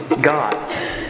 God